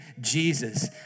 Jesus